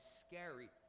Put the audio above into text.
scary